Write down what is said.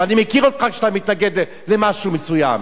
ואני מכיר אותך כשאתה מתנגד למשהו מסוים.